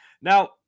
Now